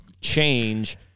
change